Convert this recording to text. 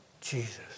Jesus